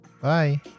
bye